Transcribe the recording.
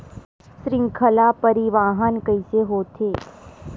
श्रृंखला परिवाहन कइसे होथे?